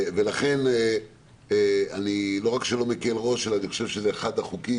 לכן אני לא מקל ראש וחושב שזה אחד החוקים